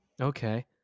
Okay